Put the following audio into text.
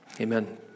Amen